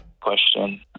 question